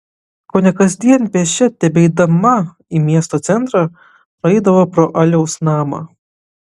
kone kasdien pėsčia tebeidama į miesto centrą praeidavo pro aliaus namą